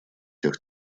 тех